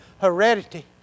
heredity